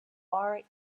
are